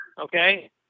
okay